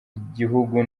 igihugu